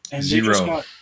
Zero